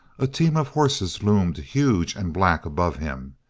a team of horses loomed huge and black above him,